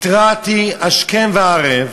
התרעתי השכם והערב,